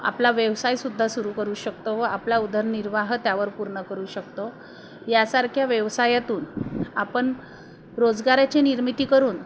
आपला व्यवसाय सुद्धा सुरू करू शकतो व आपला उधरनिर्वाह त्यावर पूर्ण करू शकतो यासारख्या व्यवसायातून आपण रोजगाराची निर्मिती करून